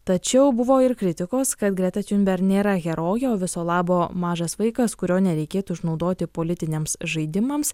tačiau buvo ir kritikos kad greta tiunber nėra herojė o viso labo mažas vaikas kurio nereikėtų išnaudoti politiniams žaidimams